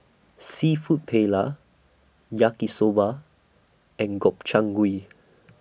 Seafood Paella Yaki Soba and Gobchang Gui